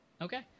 Okay